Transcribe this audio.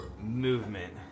movement